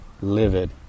Livid